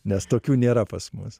nes tokių nėra pas mus